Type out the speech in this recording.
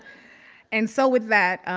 and so with that,